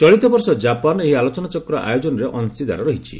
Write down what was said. ଚଳିତବର୍ଷ ଜାପାନ ଏହି ଆଲୋଚନାଚକ୍ର ଆୟୋଜନରେ ଅଶୀଦାର ରହିଛି